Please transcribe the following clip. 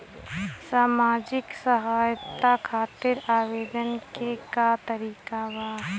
सामाजिक सहायता खातिर आवेदन के का तरीका बा?